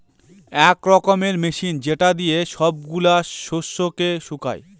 এক রকমের মেশিন যেটা দিয়ে সব গুলা শস্যকে শুকায়